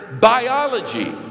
biology